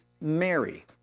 Mary